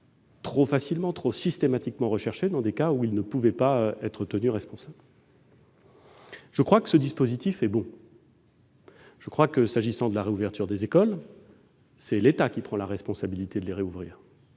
trop facilement et trop systématiquement attaquée dans des cas où ils ne peuvent être tenus pour responsables. Je crois que ce dispositif est bon. S'agissant de la réouverture des écoles, c'est l'État qui prend la responsabilité de les rouvrir.